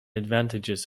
advantages